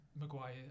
Maguire